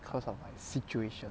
because of my situation